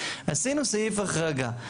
עשינו סעיף החרגה.